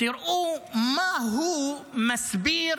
תראו איך הוא מסביר